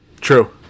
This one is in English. True